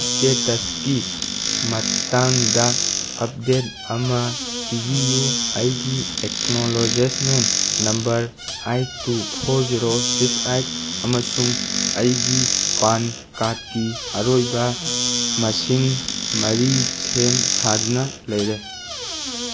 ꯏꯁꯇꯦꯇꯁꯀꯤ ꯃꯇꯥꯡꯗ ꯃꯇꯥꯡꯗ ꯑꯞꯗꯦꯗ ꯑꯃ ꯄꯤꯕꯤꯌꯨ ꯑꯩꯒꯤ acknowledgement number eight two four zero six eight ꯑꯃꯁꯨꯡ ꯑꯩꯒꯤ ꯄꯥꯟ ꯀꯥꯔꯠꯀꯤ ꯑꯔꯣꯏꯕ ꯃꯁꯤꯡ ꯃꯔꯤ ꯁꯦꯝ ꯁꯥꯗꯨꯅ ꯂꯩꯔꯦ